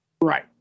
Right